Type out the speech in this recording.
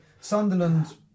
Sunderland